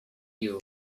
you